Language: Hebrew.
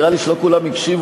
נראה לי שלא כולם הקשיבו.